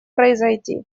произойти